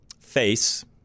face